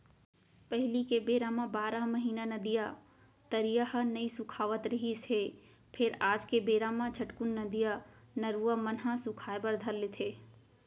पहिली के बेरा म बारह महिना नदिया, तरिया ह नइ सुखावत रिहिस हे फेर आज के बेरा म झटकून नदिया, नरूवा मन ह सुखाय बर धर लेथे